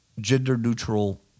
gender-neutral